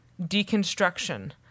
deconstruction